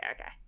okay